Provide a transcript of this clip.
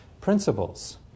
principles